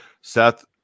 Seth